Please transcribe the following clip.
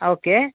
okay